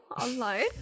online